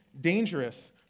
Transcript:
dangerous